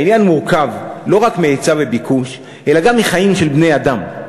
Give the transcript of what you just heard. העניין מורכב לא רק מהיצע וביקוש אלא גם מחיים של בני-אדם,